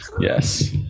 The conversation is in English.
Yes